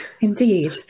Indeed